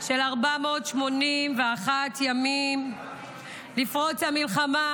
של 481 ימים לפרוץ המלחמה,